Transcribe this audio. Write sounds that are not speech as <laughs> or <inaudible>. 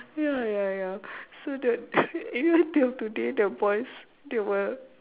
ya ya ya so that <laughs> even till today the boys they will